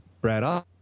Brad